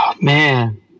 Man